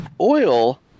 oil